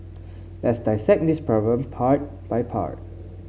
let's dissect this problem part by part